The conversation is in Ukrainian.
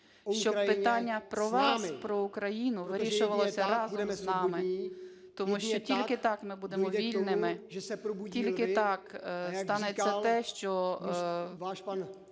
щоб питання про вас, про Україну, вирішувалося разом з нами. Тому що тільки так ми будемо вільними. Тільки так станеться те, що